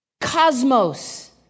Cosmos